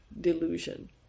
delusion